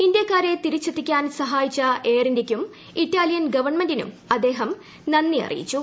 ഇന്ത്യാക്കാരെ തിരിച്ചെത്തിക്കാൻ സഹായിച്ച എയർ ഇന്ത്യയ്ക്കും ഇറ്റാലിയൻ ഗവൺമെന്റിനും അദ്ദേഹം നന്ദി അറിയിച്ചു